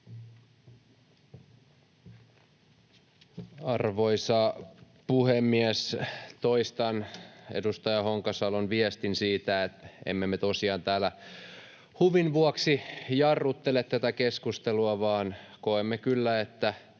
Arvoisa puhemies! Toistan edustaja Honkasalon viestin siitä, että emme me tosiaan täällä huvin vuoksi jarruttele tätä keskustelua, vaan koemme kyllä, että